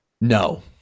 No